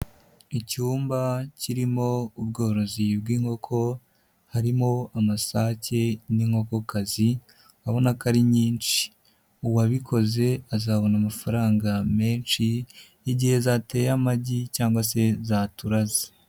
Icyumba kirimo ubworozi bw'inkoko, harimo amasake n'inkokokazi urabona ko ari nyinshi. Uwabikoze azabona amafaranga menshi, igihe zateye amagi cyangwa se zaturaze.